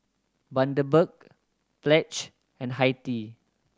Bundaberg Pledge and Hi Tea